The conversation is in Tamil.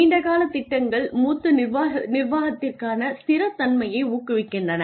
நீண்டகால திட்டங்கள் மூத்த நிர்வாகத்திற்கான ஸ்திரத்தன்மையை ஊக்குவிக்கின்றன